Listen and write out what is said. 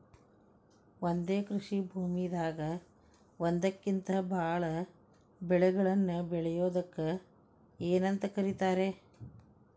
ಒಂದೇ ಕೃಷಿ ಭೂಮಿದಾಗ ಒಂದಕ್ಕಿಂತ ಭಾಳ ಬೆಳೆಗಳನ್ನ ಬೆಳೆಯುವುದಕ್ಕ ಏನಂತ ಕರಿತಾರೇ?